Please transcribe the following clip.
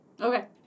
Okay